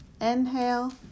inhale